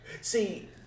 See